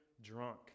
drunk